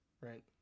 right